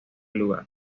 lugar